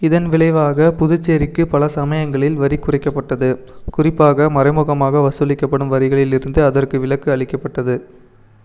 இதன் விளைவாக புதுச்சேரிக்குப் பல சமயங்களில் வரி குறைக்கப்பட்டது குறிப்பாக மறைமுகமாக வசூலிக்கப்படும் வரிகளில் இருந்து அதற்கு விலக்கு அளிக்கப்பட்டது